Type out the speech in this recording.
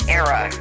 era